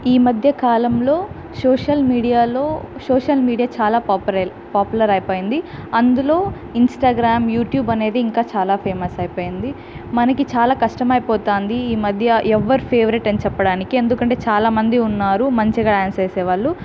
ఈ మధ్య కాలంలో సోషల్మీడియాలో సోషల్మీడియా చాలా పాపురర్ పాపులర్ అయిపోయింది అందులో ఇంస్టాగ్రామ్ యూట్యూబ్ అనేది ఇంకా చాలా ఫేమస్ అయిపోయింది మనకి చాలా కష్టమైపోతుంది ఈ మధ్య ఎవరు ఫేవరెట్ అని చెప్పడానికి ఎందుకంటే చాలామంది ఉన్నారు మంచిగా డ్యాన్స్ చేసే వాళ్ళు